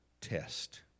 test